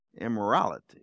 immorality